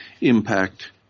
impact